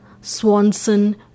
Swanson